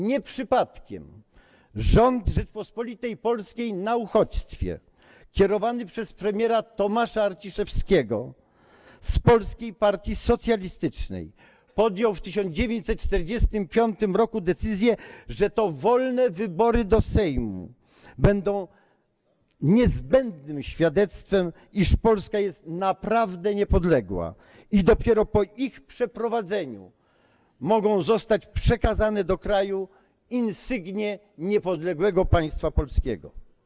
Nie przypadkiem rząd Rzeczypospolitej Polskiej na uchodźstwie, kierowany przez premiera Tomasza Arciszewskiego z Polskiej Partii Socjalistycznej, podjął w 1945 r. decyzję, że to wolne wybory do Sejmu będą niezbędnym świadectwem, iż Polska jest naprawdę niepodległa, i dopiero po ich przeprowadzeniu mogą zostać przekazane do kraju insygnia niepodległego państwa polskiego.